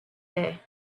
day